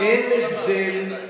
אין הבדל.